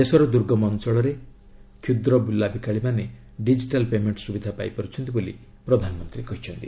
ଦେଶର ଦୁର୍ଗମ ଅଞ୍ଚଳରେ ମଧ୍ୟ କ୍ଷୁଦ୍ର ବୁଲାବିକାଳିମାନେ ଡିଜିଟାଲ ପେମେଷ୍ଟ ସ୍ରବିଧା ପାଇପାର୍ଚ୍ଛନ୍ତି ବୋଲି ପ୍ରଧାନମନ୍ତ୍ରୀ କହିଛନ୍ତି